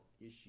issue